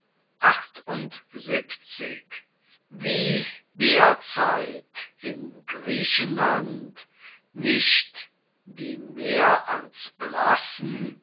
wie derzeit in griechenland nicht die mehr als blassen